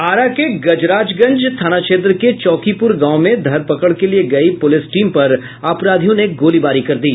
आरा के गजराजगंज थाना क्षेत्र के चौकीपुर गांव में धरपकड़ के लिये गयी पुलिस टीम पर अपराधियों ने गोलीबारी कर दी